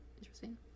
interesting